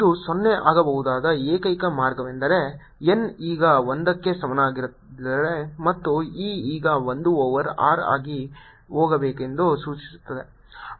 ಇದು 0 ಆಗಬಹುದಾದ ಏಕೈಕ ಮಾರ್ಗವೆಂದರೆ n ಈಗ 1 ಕ್ಕೆ ಸಮನಾಗಿದ್ದರೆ ಮತ್ತು E ಈಗ 1 ಓವರ್ r ಆಗಿ ಹೋಗಬೇಕೆಂದು ಸೂಚಿಸುತ್ತದೆ